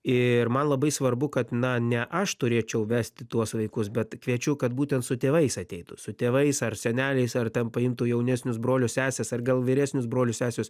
ir man labai svarbu kad na ne aš turėčiau vesti tuos vaikus bet kviečiu kad būtent su tėvais ateitų su tėvais ar seneliais ar ten paimtų jaunesnius brolius seses ar gal vyresnius brolius sesius